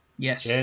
Yes